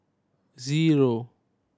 zero